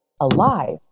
alive